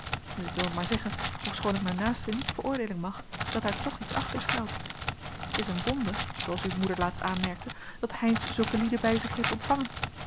ik maar zeggen ofschoon ik mijn naaste niet veroordeelen mag dat daar toch iets achter schuilt t is een wonder zooals uw moeder laatst aanmerkte dat heynsz zulke lieden bij zich heeft ontvangen